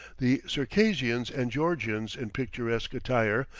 the circassians and georgians in picturesque attire,